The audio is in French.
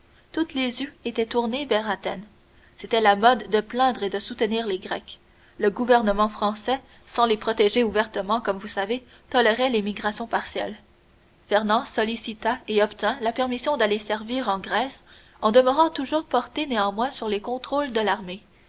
tous les yeux étaient tournés vers athènes c'était la mode de plaindre et de soutenir les grecs le gouvernement français sans les protéger ouvertement comme vous savez tolérait les migrations partielles fernand sollicita et obtint la permission d'aller servir en grèce en demeurant toujours porté néanmoins sur les contrôles de l'armée